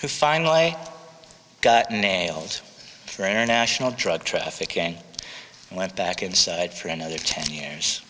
who finally got nailed for international drug trafficking went back inside for another ten years